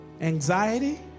anxiety